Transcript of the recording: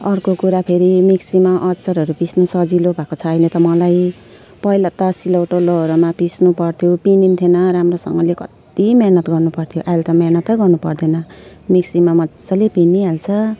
अर्को कुरा फेरि मिक्सीमा अचारहरू पिस्नु सजिलो भएको छ अहिले त मलाई पहिला त सिलौटो लोहोरोमा पिस्नु पर्थ्यो पिँधिन्थेन राम्रोसँगले कति मेहनत गर्नु पर्थ्यो अहिले त मेहनतै गर्नु पर्दैन मिक्सीमा मजाले पिनिहाल्छ